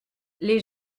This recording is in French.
les